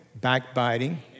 backbiting